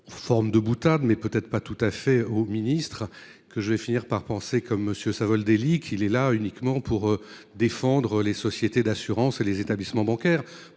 En forme de boutade mais peut-être pas tout à fait au ministre que je vais finir par penser comme monsieur Savoldelli qu'il est là uniquement pour défendre les sociétés d'assurance et les établissements bancaires